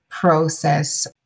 process